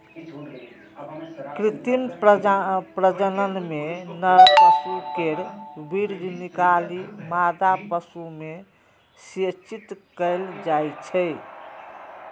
कृत्रिम प्रजनन मे नर पशु केर वीर्य निकालि मादा पशु मे सेचित कैल जाइ छै